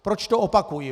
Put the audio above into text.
Proč to opakuji?